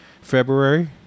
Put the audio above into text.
February